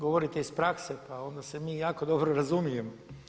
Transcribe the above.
Govorite iz prakse, pa onda se mi jako dobro razumijemo.